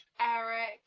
Eric